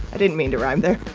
i didn't mean to rhyme there.